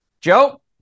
Joe